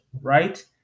right